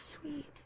sweet